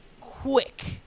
quick